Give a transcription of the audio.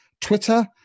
Twitter